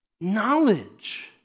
Knowledge